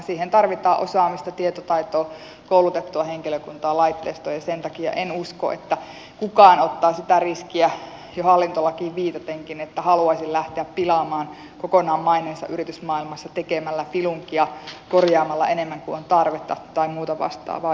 siihen tarvitaan osaamista tietotaitoa koulutettua henkilökuntaa laitteistoa ja sen takia en usko että kukaan ottaa sitä riskiä jo hallintolakiin viitatenkin että haluaisi lähteä pilaamaan kokonaan maineensa yritysmaailmassa tekemällä filunkia korjaamalla enemmän kuin on tarvetta tai muuta vastaavaa